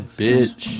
bitch